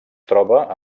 troba